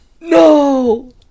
No